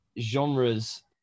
genres